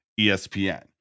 ESPN